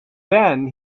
then